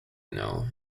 know